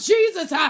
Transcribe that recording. Jesus